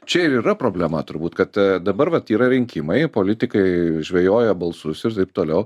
čia ir yra problema turbūt kad a dabar vat yra rinkimai politikai žvejoja balsus ir taip toliau